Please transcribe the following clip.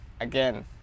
again